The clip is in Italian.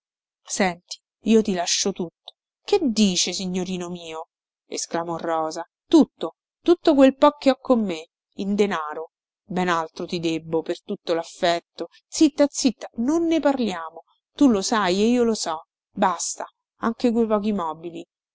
senti io ti lascio tutto che dice signorino mio esclamò rosa tutto tutto quel po che ho con me in denaro ben altro ti debbo per tutto laffetto zitta zitta no ne parliamo tu lo sai e io lo so basta anche quei pochi mobili